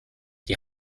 die